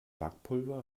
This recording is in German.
backpulver